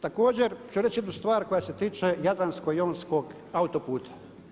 Također ću reći jednu stvar koja se tiče jadransko-jonskog autoputa.